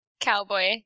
Cowboy